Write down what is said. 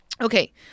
okay